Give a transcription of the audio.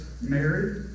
married